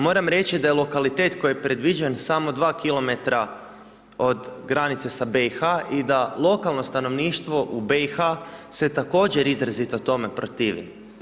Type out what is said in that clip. Moram reći da je lokalitet koji je predviđen samo 2 km od granice sa BiH i da lokalno stanovništvo u BiH se također izrazito tome protivi.